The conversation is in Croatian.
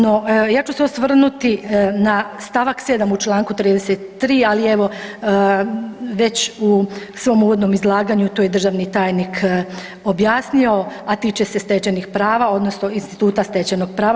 No, ja ću se osvrnuti na stavak 7. u članku 33. ali evo već u svom uvodnom izlaganju to je državni tajnik objasnio a tiče se stečenih prava, odnosno instituta stečenog prava.